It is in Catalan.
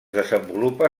desenvolupa